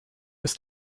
ist